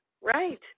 Right